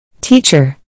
Teacher